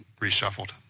reshuffled